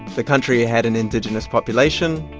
the country had an indigenous population,